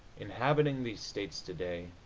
inhabiting these states today,